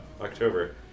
October